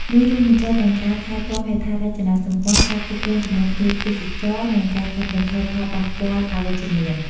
នេះរួមបញ្ចូលទាំងការថែទាំហេដ្ឋារចនាសម្ព័ន្ធ ការគ្រប់គ្រងចំនួនភ្ញៀវទេសចរ និងការកាត់បន្ថយផលប៉ះពាល់អវិជ្ជមាន។